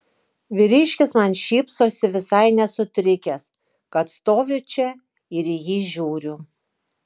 vyriškis man šypsosi visai nesutrikęs kad stoviu čia ir į jį žiūriu